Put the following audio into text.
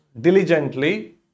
diligently